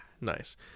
Nice